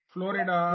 Florida